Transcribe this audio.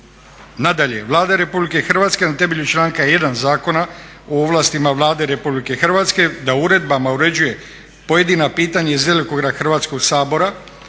Nadalje, Vlada Republike Hrvatske na temelju članka 1. Zakona o ovlastima Vlade Republike Hrvatske da uredbama uređuje pojedina pitanja iz djelokruga Hrvatskog sabora